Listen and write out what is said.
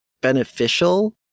beneficial